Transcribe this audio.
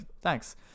thanks